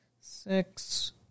six